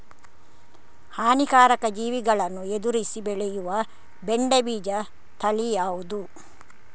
ಹಾನಿಕಾರಕ ಜೀವಿಗಳನ್ನು ಎದುರಿಸಿ ಬೆಳೆಯುವ ಬೆಂಡೆ ಬೀಜ ತಳಿ ಯಾವ್ದು?